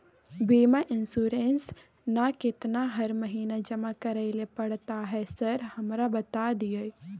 बीमा इन्सुरेंस ना केतना हर महीना जमा करैले पड़ता है सर हमरा बता दिय?